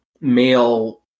male